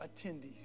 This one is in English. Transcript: attendees